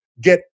get